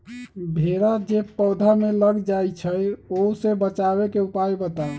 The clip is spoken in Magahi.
भेरा जे पौधा में लग जाइछई ओ से बचाबे के उपाय बताऊँ?